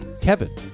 Kevin